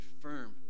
firm